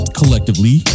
collectively